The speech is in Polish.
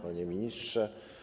Panie Ministrze!